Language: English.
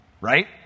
Right